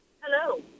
Hello